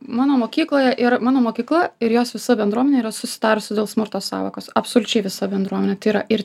mano mokykloje ir mano mokykla ir jos visa bendruomenė yra susitarusi dėl smurto sąvokos absoliučiai visa bendruomenė tai yra ir